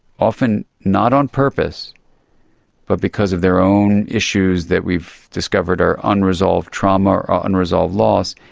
often not on purpose but because of their own issues that we've discovered are unresolved trauma or unresolved loss,